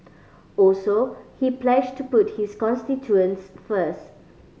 also he pledged to put his constituents first